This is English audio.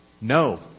No